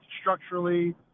structurally